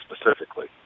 specifically